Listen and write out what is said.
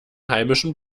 heimischen